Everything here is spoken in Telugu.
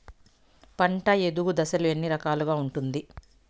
పంట ఎదుగు దశలు ఎన్ని రకాలుగా ఉంటుంది?